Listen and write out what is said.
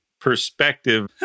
perspective